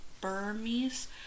Burmese